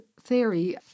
theory